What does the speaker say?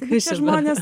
visi žmonės